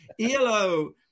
ELO